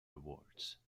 awards